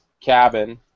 cabin